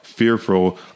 Fearful